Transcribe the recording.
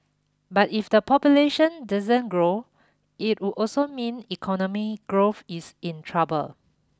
but if the population doesn't grow it would also mean economy growth is in trouble